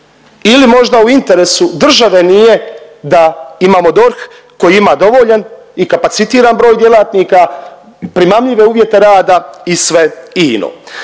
ili možda u interesu države nije da imamo DORH koji ima dovoljan i kapacitiran broj djelatnika, primamljive uvjere rade i sve ino.